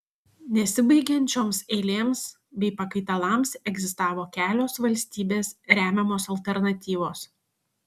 nesibaigiančioms eilėms bei pakaitalams egzistavo kelios valstybės remiamos alternatyvos